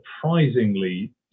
surprisingly